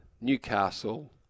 Newcastle